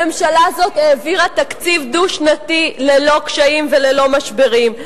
הממשלה הזאת העבירה תקציב דו-שנתי ללא קשיים וללא משברים.